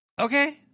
Okay